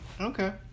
okay